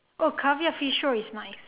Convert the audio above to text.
oh caviar fish roe is nice